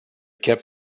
kept